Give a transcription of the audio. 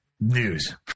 news